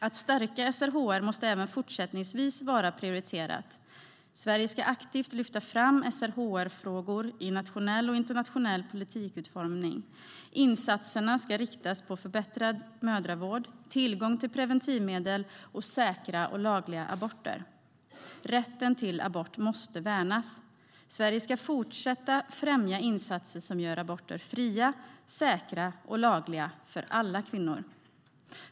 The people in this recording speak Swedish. Att stärka SRHR måste även fortsättningsvis vara prioriterat. Sverige ska aktivt lyfta fram SRHR-frågor i nationell och internationell politikutformning. Insatserna ska inriktas på förbättrad mödravård, tillgång till preventivmedel och säkra och lagliga aborter. Rätten till abort måste värnas. Sverige ska fortsätta främja insatser som gör aborter fria, säkra och lagliga för alla kvinnor.